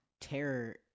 terror